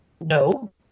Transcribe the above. No